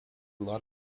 lot